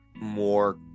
more